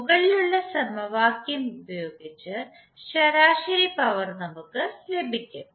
മുകളിലുള്ള സമവാക്യം ഉപയോഗിച്ച് ശരാശരി പവർ നമ്മുക് ലഭിക്കും